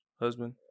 husband